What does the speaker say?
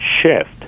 shift